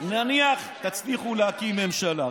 נניח תצליחו להקים ממשלה,